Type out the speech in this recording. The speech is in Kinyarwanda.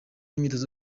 imyitozo